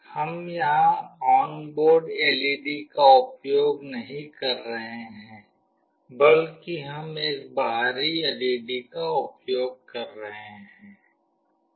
हम यहां onboard LED का उपयोग नहीं कर रहे हैं बल्कि हम एक बाहरी एलईडी का उपयोग कर रहे हैं